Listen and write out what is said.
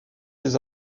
les